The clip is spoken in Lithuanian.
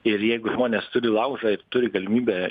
ir jeigu žmonės turi laužą ir turi galimybę